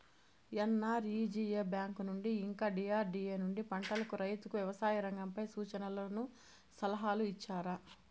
NREGA bank నుండి ఇంకా DRDA నుండి పంటలకు రైతుకు వ్యవసాయ రంగంపై సూచనలను సలహాలు ఇచ్చారా